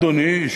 אדוני,